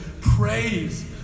praise